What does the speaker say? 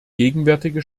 gegenwärtige